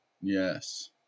Yes